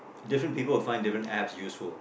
different people would find different apps useful